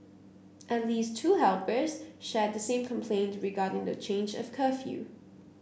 at least two helpers shared the same complaint regarding the change of curfew